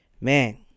man